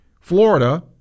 Florida